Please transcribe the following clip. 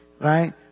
Right